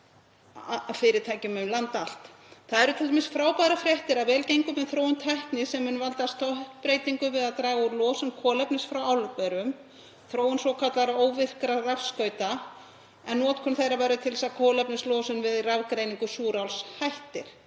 Það eru t.d. frábærar fréttir að vel gangi með þróun tækni sem mun valda stökkbreytingu við að draga úr losun kolefnis frá álverum, þróun svokallaðra óvirkra rafskauta. Notkun þeirra verður til þess að kolefnislosun við rafgreiningu súráls hættir.